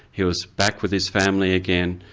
he was back with his family again,